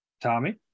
Tommy